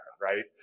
right